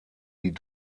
die